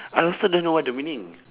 I also don't know what the meaning